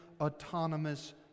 autonomous